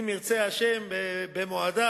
אם ירצה השם במועדה,